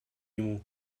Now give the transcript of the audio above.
нему